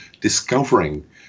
discovering